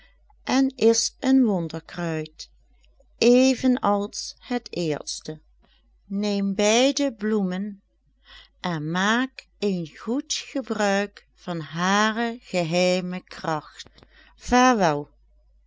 en is een wonderkruid even als het eerste neem beide bloemen en maak een goed gebruik van hare geheime kracht